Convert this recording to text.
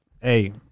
hey